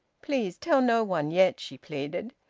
please tell no one, yet, she pleaded.